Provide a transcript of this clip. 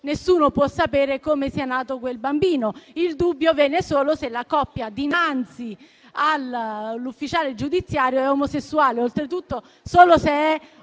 nessuno può sapere come sia nato quel bambino; il dubbio viene solo se la coppia dinanzi all'ufficiale giudiziario è omosessuale, oltretutto solo se è composta